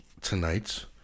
tonight